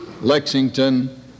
Lexington